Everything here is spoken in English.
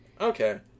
Okay